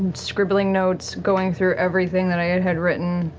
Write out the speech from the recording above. scribbling notes, going through everything that i had had written,